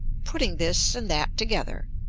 putting this and that together,